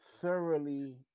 thoroughly